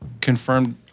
confirmed